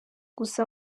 gusa